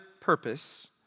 purpose